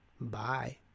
Bye